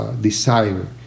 desire